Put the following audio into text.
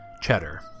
cheddar